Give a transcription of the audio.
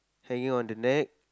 hanging on the neck